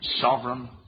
Sovereign